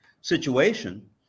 situation